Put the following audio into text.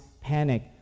panic